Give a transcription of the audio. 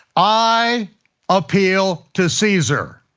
i appeal to caesar.